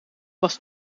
was